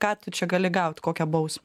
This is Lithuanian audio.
tai ką tu čia gali gauti kokią bausmę